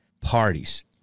parties